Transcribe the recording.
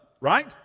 right